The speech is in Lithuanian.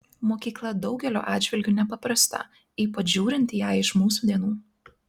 mokykla daugeliu atžvilgiu nepaprasta ypač žiūrint į ją iš mūsų dienų